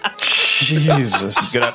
Jesus